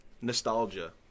nostalgia